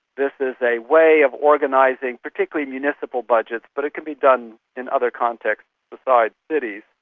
this is a way of organising particularly municipal budgets but it can be done in other contexts besides cities,